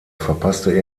verpasste